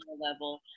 level